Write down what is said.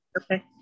Okay